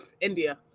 India